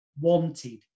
wanted